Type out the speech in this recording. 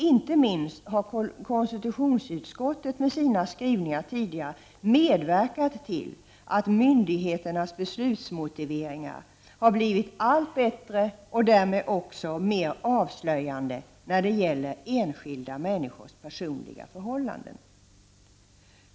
Inte minst har konstitutionsutskottet med sina skrivningar tidigare medverkat till att myndigheternas beslutsmotiveringar har blivit allt bättre och därmed också mer avslöjande när det gäller enskilda människors personliga förhållanden.